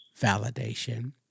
validation